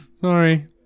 Sorry